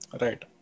Right